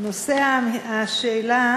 נושא השאילתה